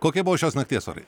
kokie buvo šios nakties orai